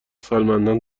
سالمندان